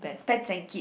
pets and kid